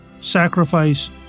sacrifice